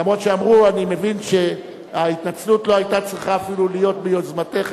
אבל אני מבין שההתנצלות לא היתה צריכה אפילו להיות ביוזמתך,